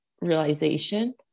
realization